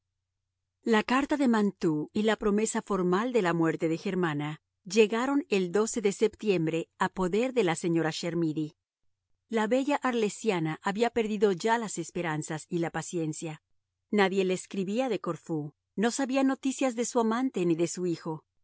la carta de mantoux y la promesa formal de la muerte de germana llegaron el de septiembre a poder de la señora chermidy la bella arlesiana había perdido ya las esperanzas y la paciencia nadie le escribía de corfú no sabía noticias de su amante ni de su hijo